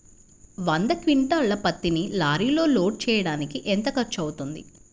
వంద క్వింటాళ్ల పత్తిని లారీలో లోడ్ చేయడానికి ఎంత ఖర్చవుతుంది?